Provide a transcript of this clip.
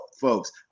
folks